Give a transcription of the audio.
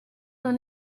noch